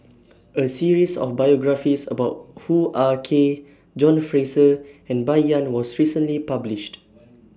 A series of biographies about Hoo Ah Kay John Fraser and Bai Yan was recently published